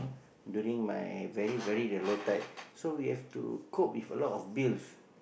during my very very the low tide so we have to cope with a lot of bills